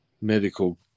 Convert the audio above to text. medical